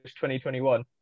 2021